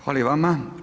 Hvala i vama.